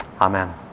Amen